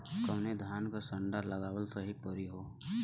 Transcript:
कवने धान क संन्डा लगावल सही परी हो?